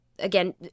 Again